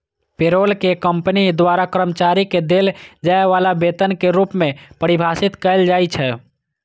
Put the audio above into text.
payroll कें company द्वारा कर्मचारी कें देल जाय बला वेतन के रूप मे परिभाषित कैल जाइ छै